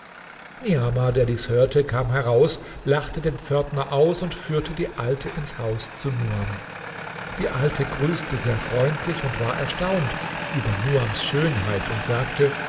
niamah der dies hörte kam heraus lachte den pförtner aus und führte die alte ins haus zu nuam die alte grüßte sehr freundlich und war erstaunt über nuams schönheit und sagte